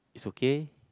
is okay